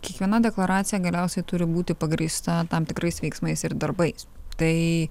kiekviena deklaracija galiausiai turi būti pagrįsta tam tikrais veiksmais ir darbais tai